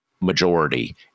majority